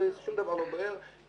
שום דבר לא בוער.